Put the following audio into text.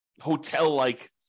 hotel-like